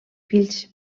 fills